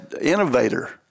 innovator